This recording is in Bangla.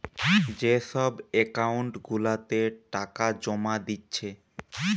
যে সব একাউন্ট গুলাতে টাকা জোমা দিচ্ছে